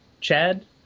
Chad